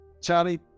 Charlie